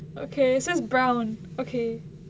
okay so is brown okay